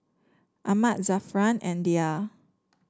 Ahmad Zafran and Dhia